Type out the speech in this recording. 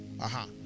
Aha